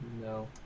No